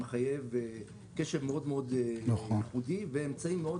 כי הוא מחייב קשב מאוד ייחודי ואמצעים מאוד